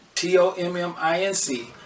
T-O-M-M-I-N-C